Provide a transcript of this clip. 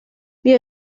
mir